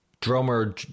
Drummer